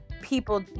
people